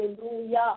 Hallelujah